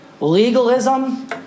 legalism